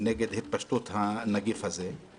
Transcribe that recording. נגד התפשטות הנגיף הזה.